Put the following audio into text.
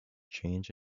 change